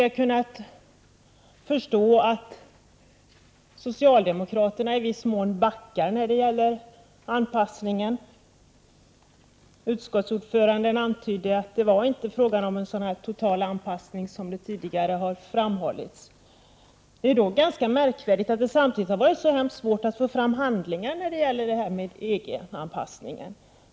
Man kan nu förstå att socialdemokraterna i viss mån backar när det gäller anpassningen, och utskottets ordförande antydde att anpassningen inte skulle bli så total som tidigare har framhållits. Då är det ganska märkvärdigt att det samtidigt har varit så svårt att få fram handlingar som rör EG-anpassningen.